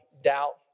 doubt